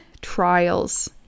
trials